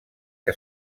que